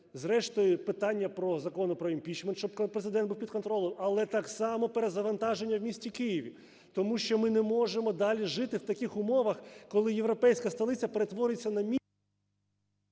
зрештою – питання Закону про імпічмент, щоб Президент був під контролем; але так само перезавантаження в місті Києві. Тому що ми не можемо далі жити в таких умовах, коли європейська столиця перетворюється на…